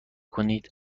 کنید